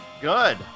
Good